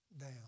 down